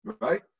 right